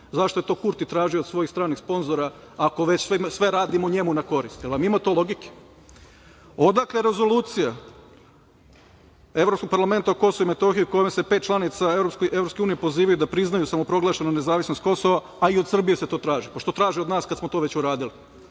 Zašto je to Kurti tražio od svojih stranih sponzora, ako već sve radimo njemu na korist? Da li vam to ima logike? Odakle Rezolucija Evropskog parlamenta o Kosovu i Metohiji kojom se pet članica EU da priznaju samoproglašenu nezavisnost Kosova, a i od Srbije se to traži? Što traže od nas kada smo to već uradili?